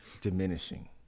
diminishing